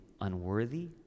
unworthy